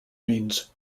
means